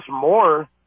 more